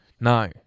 No